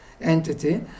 entity